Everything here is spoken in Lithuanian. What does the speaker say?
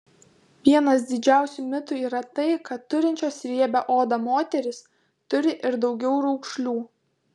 vienas didžiausių mitų yra tai kad turinčios riebią odą moterys turi ir daugiau raukšlių